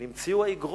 כי נמצאו האיגרות.